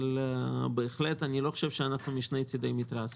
אבל בהחלט אני לא חושב שאנחנו משני צדי מתרס,